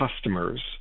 customers